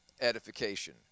edification